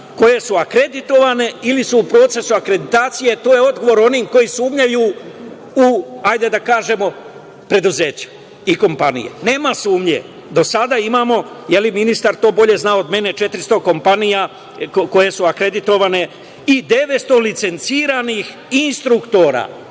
koje su akreditovane ili su u procesu akreditacije. To je odgovor onima koji sumnjaju u, hajde da kažemo, preduzeća i kompanije. Nema sumnje, do sada imamo, ministar to bolje zna od mene, 400 kompanija koje su akreditovane i 900 licenciranih instruktora.